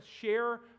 share